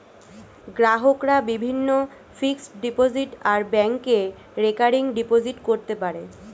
গ্রাহকরা বিভিন্ন fixed deposit আর ব্যাংকে রেকারিং ডিপোজিট করতে পারে